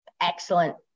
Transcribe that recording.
excellent